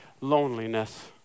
loneliness